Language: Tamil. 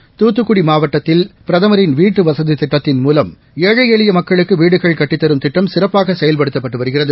செக்ண்ட்ஸ் து ்த்துக்கு டி மாவட்டத்தில் பிரதமரி ன் வீட்டு வசதி திட்டத்தின் மூலம் ஏழை எளி ய ம் க்களுக்கு வீடுகள் கட்டித்தரும் திட்டிழம் சிற்ப்பாக செயல்படுத்தப்பட்டு வருகிறது